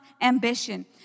ambition